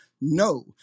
No